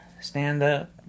stand-up